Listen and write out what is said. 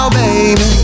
baby